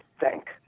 thank